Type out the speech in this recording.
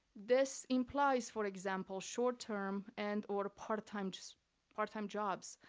this implies, for example, short-term and or part-time, just part-time jobs,